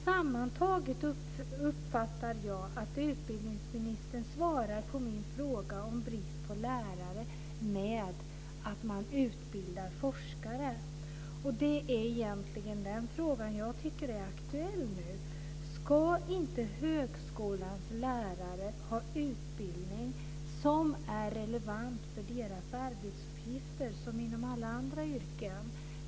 Sammantaget uppfattar jag att utbildningsministern svarar på min fråga om brist på lärare med att man utbildar forskare. Det är egentligen den frågan jag tycker är aktuell nu: Ska inte högskolans lärare ha en utbildning som är relevant för deras arbetsuppgifter, liksom inom alla andra yrken?